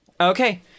Okay